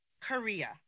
Korea